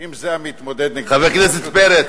אם זה המתמודד נגדך, חבר הכנסת פרץ,